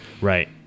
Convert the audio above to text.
Right